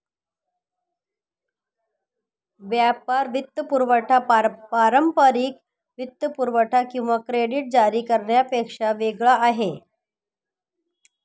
व्यापार वित्तपुरवठा पारंपारिक वित्तपुरवठा किंवा क्रेडिट जारी करण्यापेक्षा वेगळा आहे